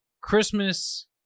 Christmas